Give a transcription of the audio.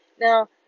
Now